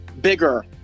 bigger